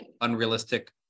unrealistic